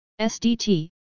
SDT